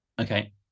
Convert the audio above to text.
okay